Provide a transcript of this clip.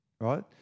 right